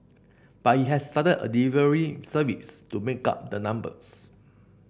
but it has started a delivery service to make up the numbers